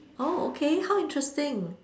oh okay how interesting